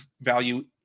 value